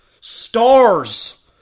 Stars